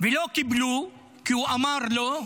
ולא קיבלו כי הוא אמר לא,